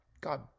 God